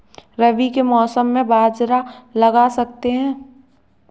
रवि के मौसम में बाजरा लगा सकते हैं?